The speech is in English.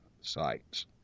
sites